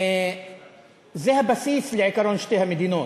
זה הבסיס לעקרון שתי המדינות: